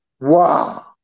Wow